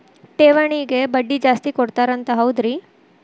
ಠೇವಣಿಗ ಬಡ್ಡಿ ಜಾಸ್ತಿ ಕೊಡ್ತಾರಂತ ಹೌದ್ರಿ?